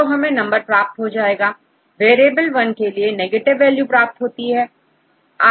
तो हमें नंबर प्राप्त हो जाएगा वेरिएबल वन के लिए नेगेटिव वैल्यू प्राप्त होती है